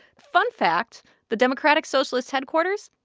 fun fact the democratic socialist headquarters?